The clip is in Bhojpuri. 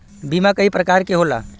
बीमा कई परकार के होला